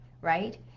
right